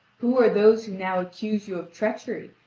who are those who now accuse you of treachery,